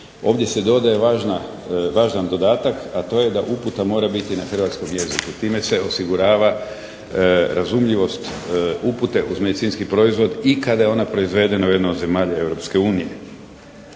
Ovdje se dodaje važan dodatak, a to je da uputa mora biti na hrvatskom jeziku. Time se osigurava razumljivost upute uz medicinski proizvod i kada je ona proizvedena u jednoj od zemalja